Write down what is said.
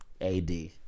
AD